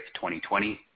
2020